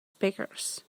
spears